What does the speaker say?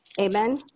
Amen